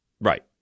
Right